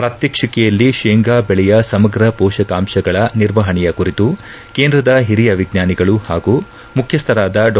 ಪ್ರಾತ್ಯಕ್ಷಿಕೆಯಲ್ಲಿ ಶೇಂಗಾ ಬೆಳೆಯ ಸಮಗ್ರ ಪೋಷಕಾಂಶಗಳ ನಿರ್ವಹಣೆಯ ಕುರಿತು ಕೇಂದ್ರದ ಹಿರಿಯ ವಿಜ್ಞಾನಿಗಳು ಹಾಗೂ ಮುಖ್ಯಸ್ಥರಾದ ಡಾ